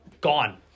gone